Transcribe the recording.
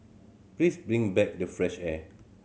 please bring back the fresh air